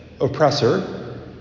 oppressor